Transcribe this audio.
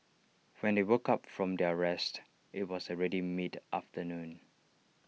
when they woke up from their rest IT was already mid afternoon